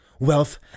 Wealth